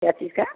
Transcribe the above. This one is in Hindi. क्या चीज का